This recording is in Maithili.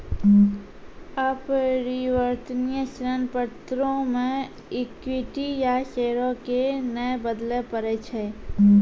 अपरिवर्तनीय ऋण पत्रो मे इक्विटी या शेयरो के नै बदलै पड़ै छै